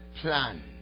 plan